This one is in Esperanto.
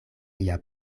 lia